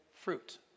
fruit